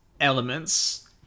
Elements